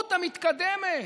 הנאורות המתקדמת.